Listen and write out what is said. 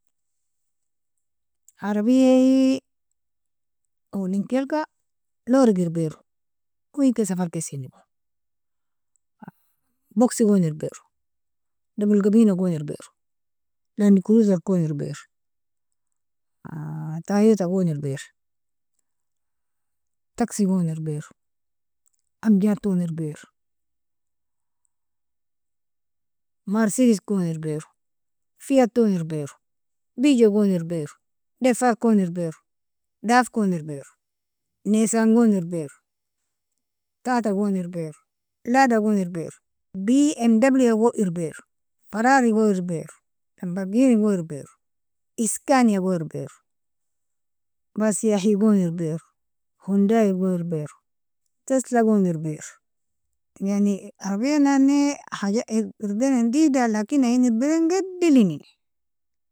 Arabia awalinkelka lorig, irbiru owen ken safarkesilogo boksi, gon irbiru dubil gabina gon irbiro, Landikuruzar kon irbiro, tayota gon irbiro, taksi gon irbiro, amjad ton irbiro, Marsidis kon irbiro, Fiat ton irbiro, Bijo gon irbiro, dafar kon irbiro, daf kon irbiro, nisan gon irbiro, tata gon irbiro, lada gon irbiro, bmw gon irbiro, ferrari gon irbiro, lamborgini gon irbiro, iskanya gon irbiro, busseyahi gon irbiro, hyundai gon irbiro, tesla gon irbiro, yani arbianane haja irbien digda lakin ayin irbien gedilinin.